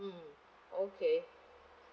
mm okay